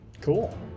Cool